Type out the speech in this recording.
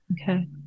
okay